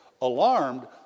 Alarmed